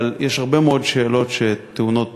אבל יש הרבה מאוד שאלות שטעונות בחינה.